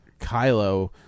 Kylo